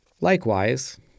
Likewise